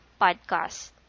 podcast